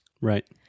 Right